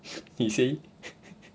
he say